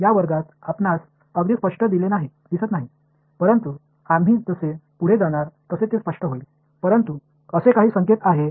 இந்த வகுப்பில் இது உங்களுக்கு மிகவும் தெளிவாகத் தெரியவில்லை ஆனால் போகப்போக இது தெளிவாகிவிடும் ஆனால் நான் உங்களுக்கு சில குறிப்புகள் வழங்க முடியும்